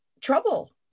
trouble